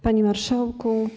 Panie Marszałku!